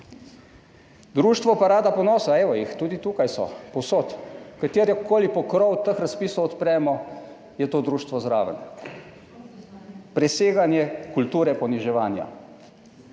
Društvo Parada ponosa, evo jih tudi tukaj so povsod, katerikoli pokrov teh razpisov odpremo, je to društvo zraven. Preseganje kulture poniževanja,